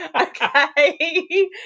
Okay